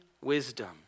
wisdom